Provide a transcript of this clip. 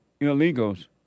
illegals